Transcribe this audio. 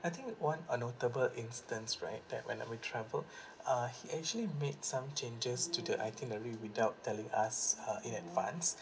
I think one a notable instance right that when we travel uh he actually made some changes to the itinerary without telling us uh in advance